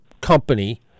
company